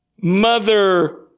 mother